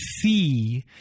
see